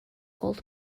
gold